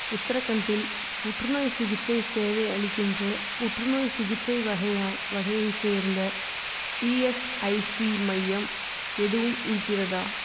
உத்தரகண்டில் புற்றுநோய் சிகிச்சை சேவை அளிக்கின்ற புற்றுநோய் சிகிச்சை வகையாய் வகையைச் சேர்ந்த இஎஸ்ஐசி மையம் எதுவும் இருக்கிறதா